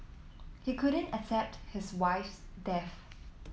he couldn't accept his wife's death